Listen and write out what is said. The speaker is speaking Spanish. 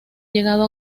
llegado